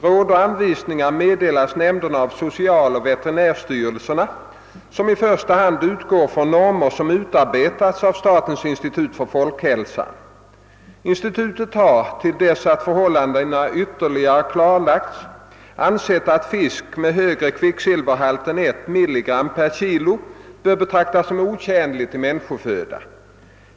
Råd och anvisningar meddelas nämnderna av socialoch veterinärstyrelserna, som i första hand utgår från normer som utarbetats av statens institut för folkhälsan. Institutet har — till dess att förhållandena ytterligare klarlagts — ansett att fisk med högre kvicksilverhalt än ett mg per kg bör betraktas som otjänlig till människoföda.